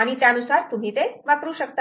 आणि त्यानुसार तुम्ही ते वापरू शकतात